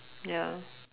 ya